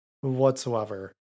whatsoever